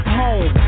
home